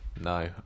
No